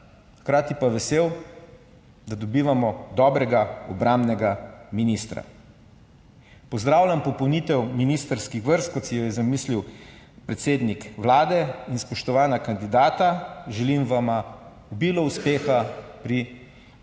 hkrati pa vesel, da dobivamo dobrega obrambnega ministra. Pozdravljam popolnitev ministrskih vrst, kot si jo je zamislil predsednik Vlade. In, spoštovana kandidata, želim vama obilo uspeha pri opravljanju